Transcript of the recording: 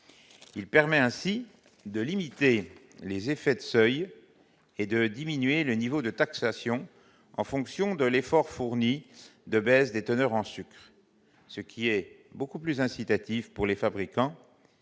Cela permet de limiter les effets de seuil et de diminuer le niveau de taxation en fonction de l'effort fourni de baisse des teneurs en sucre. C'est beaucoup plus incitatif pour les fabricants